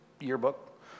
yearbook